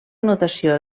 notació